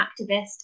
activist